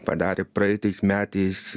padarė praeitais metais